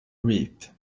reap